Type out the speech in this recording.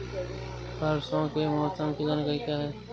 परसों के मौसम की जानकारी क्या है?